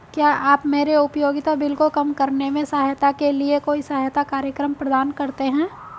क्या आप मेरे उपयोगिता बिल को कम करने में सहायता के लिए कोई सहायता कार्यक्रम प्रदान करते हैं?